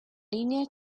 línea